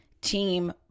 team